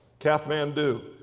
Kathmandu